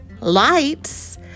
lights